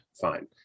fine